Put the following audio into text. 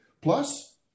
Plus